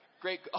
Great